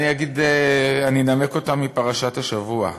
אני אנמק אותה מפרשת השבוע שקראנו.